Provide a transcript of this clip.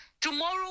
Tomorrow